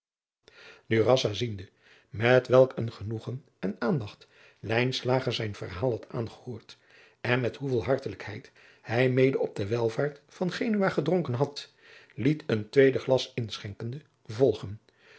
ziende met welk een genoegen en aandacht lijnslager zijn verhaal had aangehoord en met hoeveel hartelijkheid hij mede op de welvaart van genua gedronken had liet een tweede glas inschenkende volgen